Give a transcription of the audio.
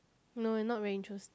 no not very interests